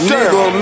Nigga